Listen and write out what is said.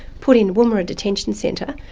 put in woomera detention centre,